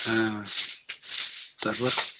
হ্যাঁ তারপর